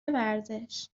ورزش